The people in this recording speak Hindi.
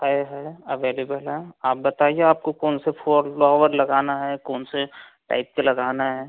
है है अबेलेवल है आप बताइए आपको कौन फ्लोवर लगाना है कौनसे टाइप के लगाना है